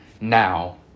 now